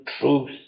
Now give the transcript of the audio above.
truth